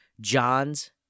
John's